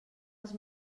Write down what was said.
els